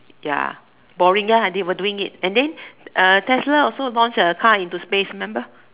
ya Boeing ya they were doing it and then Tesla also launched a car into space remember